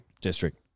District